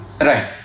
Right